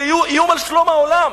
זה איום על שלום העולם.